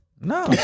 No